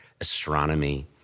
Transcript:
astronomy